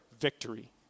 victory